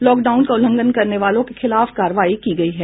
lockdown का उल्लंघन करने वालों के खिलाफ कार्रवाई की गयी है